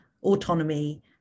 Autonomy